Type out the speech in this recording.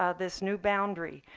ah this new boundary.